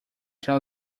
tell